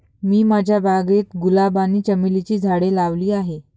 मी माझ्या बागेत गुलाब आणि चमेलीची झाडे लावली आहे